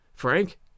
Frank